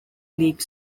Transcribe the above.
league